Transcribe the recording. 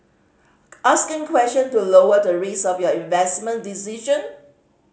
asking question to lower the risk of your investment decision